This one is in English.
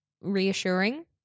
reassuring